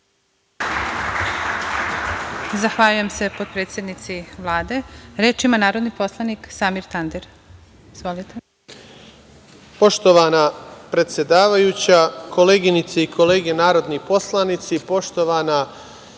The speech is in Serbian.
Zahvaljujem se potpredsednici Vlade. Reč ima narodni poslanik Samir Tandir. Izvolite. **Samir Tandir** Poštovana predsedavajuća, koleginice i kolege narodni poslanici, poštovana